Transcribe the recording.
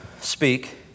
speak